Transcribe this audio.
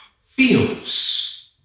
feels